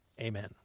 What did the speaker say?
Amen